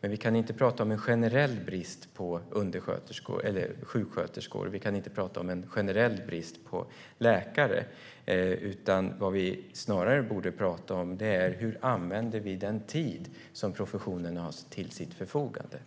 Men vi kan inte tala om en generell brist på sjuksköterskor, och vi kan inte tala om en generell brist på läkare. Vad vi snarare borde tala om är hur vi använder den tid som professionen har till sitt förfogande.